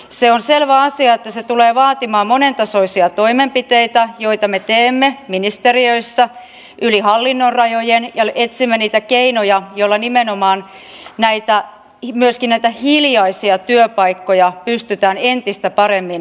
se on selvä asia että se tulee vaatimaan monentasoisia toimenpiteitä joita me teemme ministeriöissä yli hallinnonrajojen ja etsimme niitä keinoja joilla nimenomaan myöskin näitä hiljaisia työpaikkoja pystytään entistä paremmin löytämään